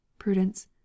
Prudence